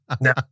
No